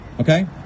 Okay